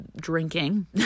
drinking